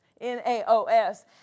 N-A-O-S